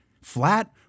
flat